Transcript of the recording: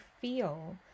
feel